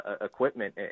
equipment